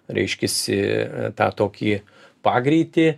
reiškiasi tą tokį pagreitį